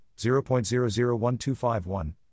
0.001251